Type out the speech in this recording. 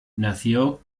nació